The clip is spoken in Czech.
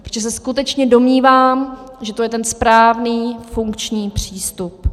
Protože se skutečně domnívám, že to je ten správný funkční přístup.